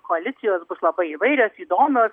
koalicijos bus labai įvairios įdomios